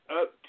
up